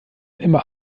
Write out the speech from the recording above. immer